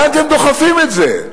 לאן אתם דוחפים את זה?